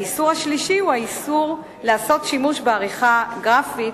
והאיסור השלישי הוא האיסור לעשות שימוש בעריכה גרפית,